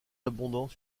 abondant